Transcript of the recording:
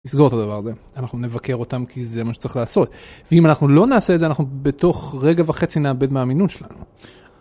נסגור את הדבר הזה. אנחנו נבקר אותם כי זה מה שצריך לעשות ואם אנחנו לא נעשה את זה אנחנו בתוך רגע וחצי נאבד מהאמינות שלנו.